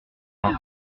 mains